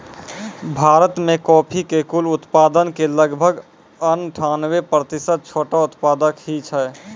भारत मॅ कॉफी के कुल उत्पादन के लगभग अनठानबे प्रतिशत छोटो उत्पादक हीं छै